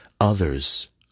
Others